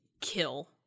kill